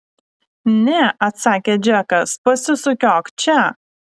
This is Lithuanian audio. ne atsakė džekas pasisukiok čia